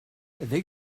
they